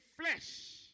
flesh